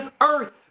earth